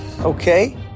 Okay